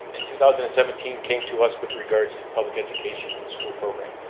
in two thousand and seventeen, came to us with regards to public education in school program.